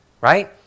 Right